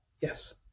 Yes